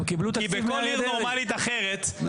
הם קיבלו תקציב מאריה דרעי.